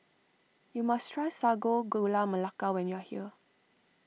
you must try Sago Gula Melaka when you are here